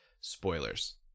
Spoilers